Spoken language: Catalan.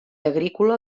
agrícola